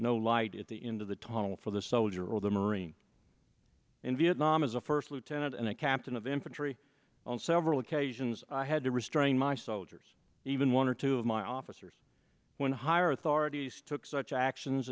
no light at the into the tunnel for the soldier or the marine in vietnam as a first lieutenant and a captain of the infantry on several occasions i had to restrain my soldiers even one or two of my officers when higher authorities took such actions